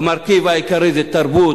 המרכיב העיקרי זה תרבות,